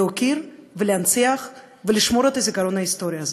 להוקיר ולהנציח ולשמור את הזיכרון ההיסטורי הזה.